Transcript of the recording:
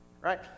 Right